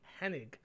Hennig